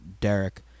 Derek